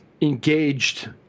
engaged